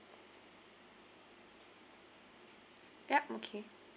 yup okay